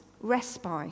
respite